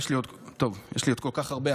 יש לי עוד כל כך הרבה.